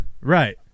Right